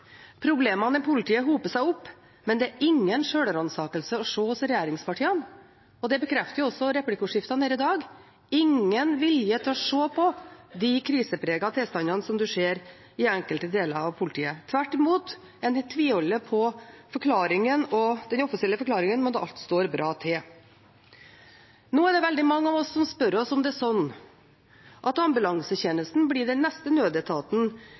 Problemene i politiet hoper seg opp, men det er ingen sjølransakelse å se hos regjeringspartiene. Det bekrefter også replikkordskiftene her i dag, ingen vilje til å se på de krisepregede tilstandene som en ser i enkelte deler av politiet. Tvert imot, en tviholder på den offisielle forklaringen om at alt står bra til. Nå er det veldig mange av oss som spør oss om det er slik at ambulansetjenesten blir den neste nødetaten